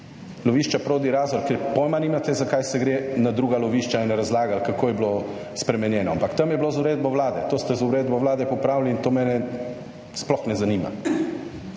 lovišča Prodi Razor, ker pojma nimate za kaj se gre na druga lovišča in razlaga kako je bilo spremenjeno, ampak tam je bilo z uredbo Vlade. To ste z uredbo Vlade popravili in to mene sploh ne zanima.